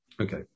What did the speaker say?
Okay